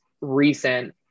recent